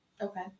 Okay